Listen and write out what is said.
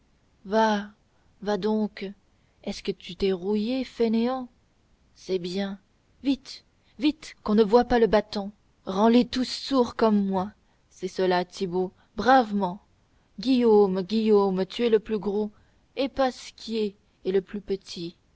va va donc est-ce que tu t'es rouillé fainéant c'est bien vite vite qu'on ne voie pas le battant rends les tous sourds comme moi c'est cela thibauld bravement guillaume guillaume tu es le plus gros et pasquier est le plus petit